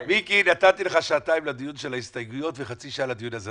נתתי לך שעתיים לדיון של ההסתייגויות וחצי שעה לדיון הזה,